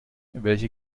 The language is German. welche